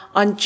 on